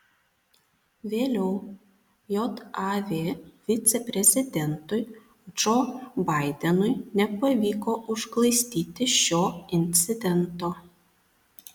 vėliau jav viceprezidentui džo baidenui nepavyko užglaistyti šio incidento